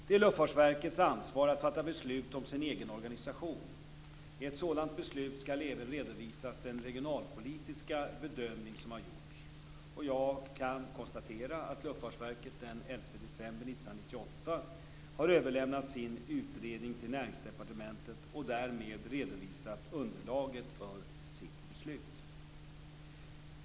Det är Luftfartsverkets ansvar att fatta beslut om sin egen organisation. I ett sådant beslut skall även redovisas den regionalpolitiska bedömning som har gjorts. Jag kan konstatera att Luftfartsverket den 11 december 1998 har överlämnat sin utredning till Näringsdepartementet och därmed redovisat underlaget för sitt beslut.